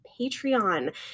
Patreon